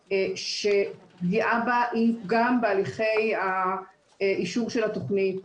שפגיעה בה היא פגם בהליכי האישור של התוכנית.